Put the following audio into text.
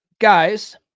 guys